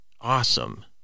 awesome